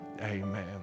Amen